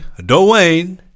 dwayne